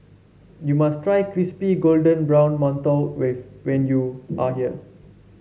you must try Crispy Golden Brown Mantou when you are here